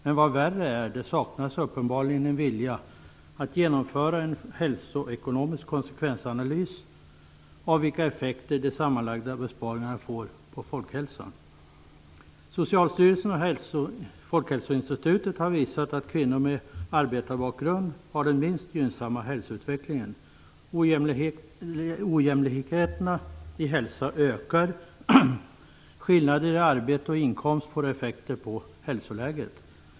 Och vad värre är: Det saknas uppenbarligen en vilja att genomföra en hälsoekonomisk konsekvensanalys av de sammanlagda besparingarnas effekter på folkhälsan. Socialstyrelsen och Folkhälsoinstitutet har visat på att kvinnor med arbetarbakgrund har den minst gynnsamma hälsoutvecklingen. Ojämlikheterna i hälsa ökar. Skillnader i arbete och inkomst får effekter på hälsoläget.